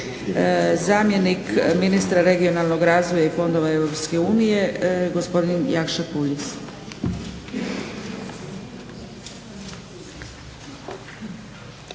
zamjenik ministra regionalnog razvoja i fondova EU gospodin Jakša Puljiz.